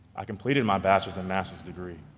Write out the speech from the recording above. i completed my bachelor's and master's degree.